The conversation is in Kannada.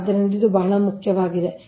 ಆದ್ದರಿಂದ ಇದು ಬಹಳ ಮುಖ್ಯವಾಗಿದೆ